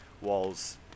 walls